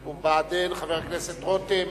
"בעדין" חבר הכנסת רותם,